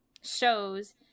shows